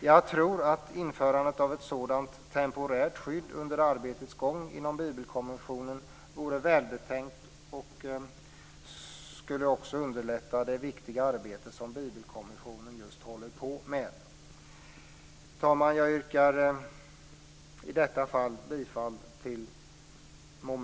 Jag tror att införandet av ett sådant temporärt skydd under arbetets gång inom Bibelkommissionen vore välbetänkt och skulle underlätta det viktiga arbete som Bibelkommissionen just håller på med. Herr talman! Jag yrkar i detta fall bifall till mom.